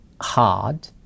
hard